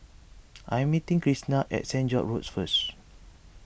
I am meeting Kristina at Saint George's Road first